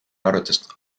arvates